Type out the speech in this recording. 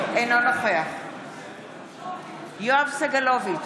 אינו נוכח יואב סגלוביץ'